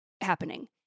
Happening